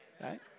right